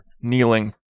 kneeling